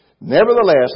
Nevertheless